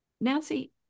Nancy